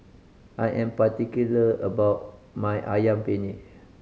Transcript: I am particular about my Ayam Penyet